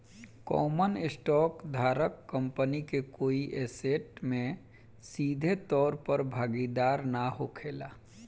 common stock धारक company के कोई ऐसेट में सीधे तौर पर भागीदार ना होखेला